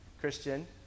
Christian